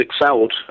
excelled